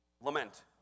Lament